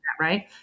Right